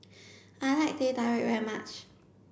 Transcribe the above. I like Teh Tarik very much